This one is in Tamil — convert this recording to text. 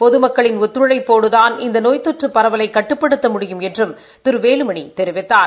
பொதமக்களின் ஒத்துழைப்போடுதான் இந்த நோய் தொற்று பரவலை கட்டுப்படுத்த முடியும் என்றும் திரு வேலுமணி தெரிவித்தார்